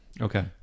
okay